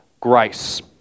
grace